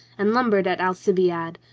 and lum bered at alcibiade,